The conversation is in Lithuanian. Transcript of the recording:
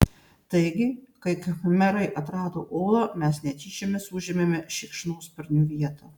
taigi kai khmerai atrado olą mes netyčiomis užėmėme šikšnosparnių vietą